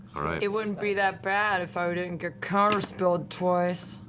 it wouldn't be that bad if i didn't get counterspelled twice.